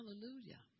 Hallelujah